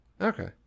Okay